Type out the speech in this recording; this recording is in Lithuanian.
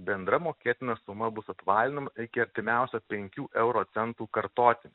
bendra mokėtina suma bus apvalinama iki artimiausio penkių euro centų kartotinio